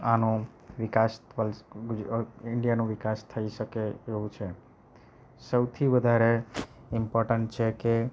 આનો વિકાસ ઇન્ડિયાનો વિકાસ થઈ શકે એવો છે સૌથી વધારે ઈમ્પોર્ટન્ટ છે કે